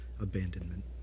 Abandonment